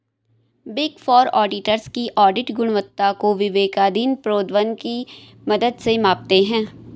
big four auditors की audit गुणवत्ता को विवेकाधीन प्रोद्भवन की मदद से मापते हैं